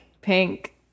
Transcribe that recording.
pink